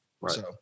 right